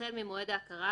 החל ממועד ההכרה,